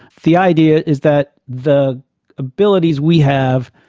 the idea is that the abilities we have,